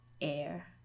air